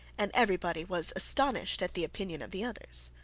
and every body was astonished at the opinion of the others.